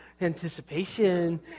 anticipation